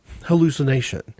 hallucination